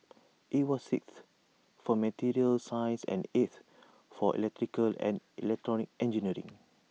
IT was sixth for materials science and eighth for electrical and electronic engineering